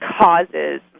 causes